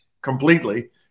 completely